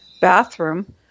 bathroom